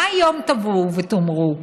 מה היום תבואו ותאמרו,